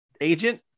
agent